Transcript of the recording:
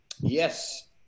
yes